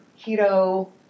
keto